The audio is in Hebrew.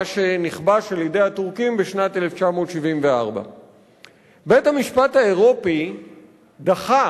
מה שנכבש על-ידי הטורקים בשנת 1974. בית-המשפט האירופי דחה